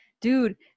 dude